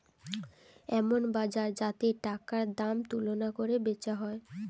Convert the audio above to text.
এমন বাজার যাতে টাকার দাম তুলনা কোরে বেচা হয়